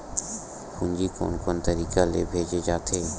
पूंजी कोन कोन तरीका ले भेजे जाथे?